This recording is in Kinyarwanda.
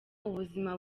ubuzima